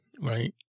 right